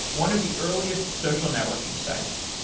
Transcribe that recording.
one of the earliest social networking sites.